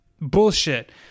Bullshit